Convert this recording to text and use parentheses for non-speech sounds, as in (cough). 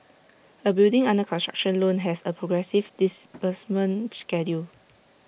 A building under construction loan has A progressive (noise) disbursement schedule